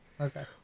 Okay